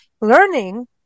learning